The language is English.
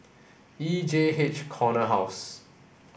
E J H Corner House